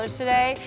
today